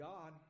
God